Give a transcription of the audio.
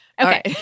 okay